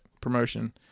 promotion